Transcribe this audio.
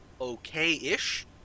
okay-ish